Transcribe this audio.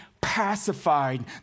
pacified